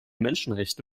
menschenrechte